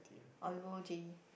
or we go J